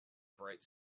bright